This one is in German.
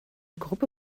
gruppe